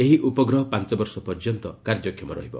ଏହି ଉପଗ୍ରହ ପାଞ୍ଚ ବର୍ଷ ପର୍ଯ୍ୟନ୍ତ କାର୍ଯ୍ୟକ୍ଷମ ରହିବ